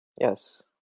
Yes